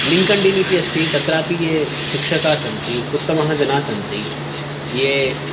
LinkedIn इति अस्ति तत्रापि ये शिक्षकाः सन्ति उत्तमाः जनाः सन्ति ये